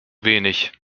wenig